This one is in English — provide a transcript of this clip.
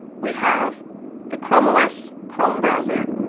we have the chrome os chrome browser,